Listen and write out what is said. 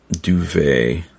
duvet